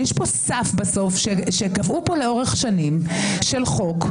יש פה סף בסוף שקבעו פה לאורך שנים של חוק,